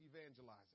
evangelizing